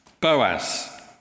Boaz